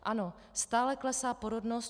Ano, stále klesá porodnost.